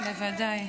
בוודאי.